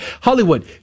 Hollywood